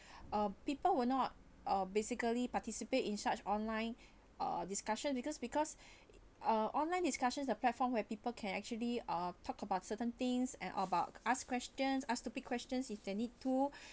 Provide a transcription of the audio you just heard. uh people would not uh basically participate in such online or discussion because because uh online discussions a platform where people can actually uh talk about certain things and about ask questions ask stupid questions if they need to